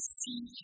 see